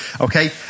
Okay